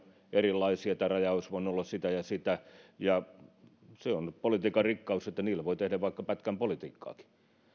erilaisia näkökantoja että raja olisi voinut olla sitä ja sitä ja se on politiikan rikkaus että niillä voi tehdä vaikka pätkän politiikkaakin